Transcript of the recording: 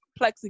plexiglass